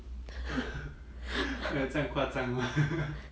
!wah! 有这样夸张 mah